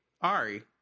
Ari